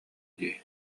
дии